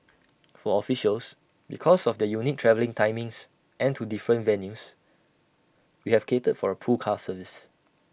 for officials because of their unique travelling timings and to different venues we have catered for A pool car service